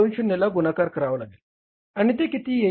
20 ला गुणाकार करावा लागेल आणि ते किती येईल